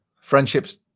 friendships